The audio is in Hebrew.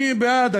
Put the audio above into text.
אני בעד.